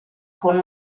con